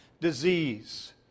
disease